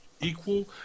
Equal